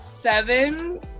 seven